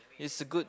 is a good